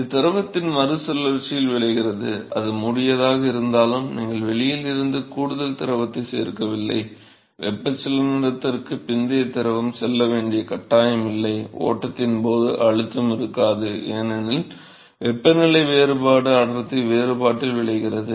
இது திரவத்தின் மறுசுழற்சியில் விளைகிறது அது மூடியதாக இருந்தாலும் நீங்கள் வெளியில் இருந்து கூடுதல் திரவத்தைச் சேர்க்கவில்லை வெப்பச்சலனத்திற்குப் பிந்தைய திரவம் செல்ல வேண்டிய கட்டாயம் இல்லை ஓட்டத்தின் போது அழுத்தம் இருக்காது ஏனெனில் வெப்பநிலை வேறுபாடு அடர்த்தி வேறுபாட்டில் விளைகிறது